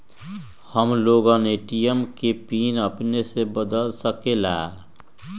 हम लोगन ए.टी.एम के पिन अपने से बदल सकेला?